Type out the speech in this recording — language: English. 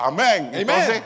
Amen